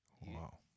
Wow